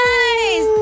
Guys